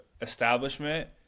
establishment